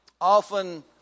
Often